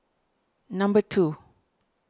number two